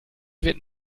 wird